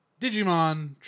Digimon